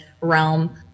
realm